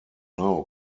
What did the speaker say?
now